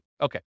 Okay